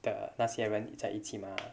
the 那些人在一起 mah